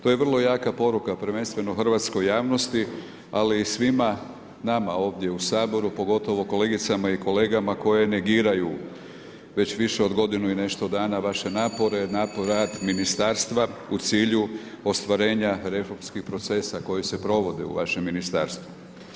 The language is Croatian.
To je vrlo jaka poruka, prvenstveno hrvatskoj javnosti, ali i svima nama ovdje u Saboru, pogotovo kolegicama i kolegama koje negiraju već više od godinu i nešto dana, vaše napore, napor rada ministarstva, u cilju ostvarenja reformskih procesa koje se provode u vašem ministarstvu.